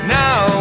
now